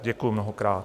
Děkuji mnohokrát.